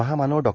महामानव डॉ